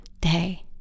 day